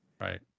Right